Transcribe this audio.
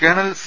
colonel C